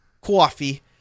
coffee